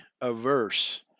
averse